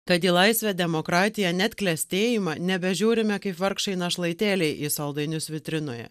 tad į laisvę demokratiją net klestėjimą nebežiūrime kaip vargšai našlaitėliai į saldainius vitrinoje